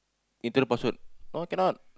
internal password oh cannot